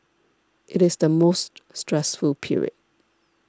it is the most stressful period